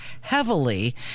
heavily